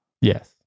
Yes